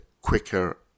quicker